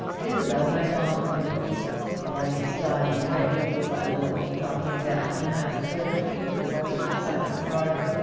isabel went on with her book the light was dying away little by little, dropping down behind the pear-trees at the western side of the garden,